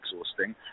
exhausting